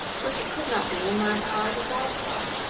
which it could not be in my power to satisfy.